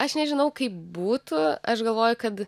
aš nežinau kaip būtų aš galvoju kad